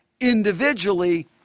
individually